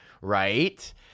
Right